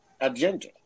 agenda